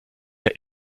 der